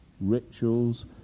rituals